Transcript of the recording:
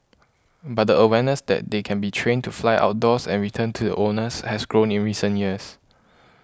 but the awareness that they can be trained to fly outdoors and return to the owners has grown in recent years